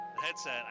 headset